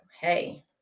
hey